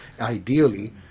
ideally